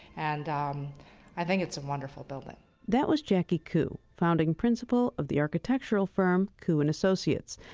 and um i think it's a wonderful building that was jackie koo, founding principle of the architectural firm, koo and associates.